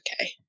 okay